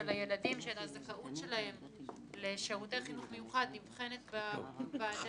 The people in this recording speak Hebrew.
של הילדים שהזכאות שלהם לשירותי חינוך מיוחד נבחנת בצוות